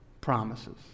promises